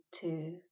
two